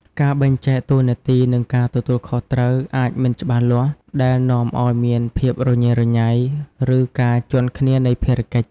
ការបែងចែកតួនាទី និងការទទួលខុសត្រូវអាចមិនច្បាស់លាស់ ដែលនាំឲ្យមានភាពរញ៉េរញ៉ៃ ឬការជាន់គ្នានៃភារកិច្ច។